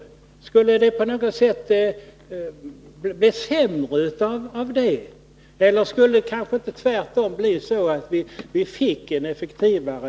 Skulle narkotikaspaningen på något sätt bli sämre av det, eller skulle den kanske tvärtom bli effektivare?